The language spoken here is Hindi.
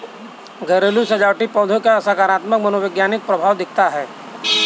घरेलू सजावटी पौधों का सकारात्मक मनोवैज्ञानिक प्रभाव दिखता है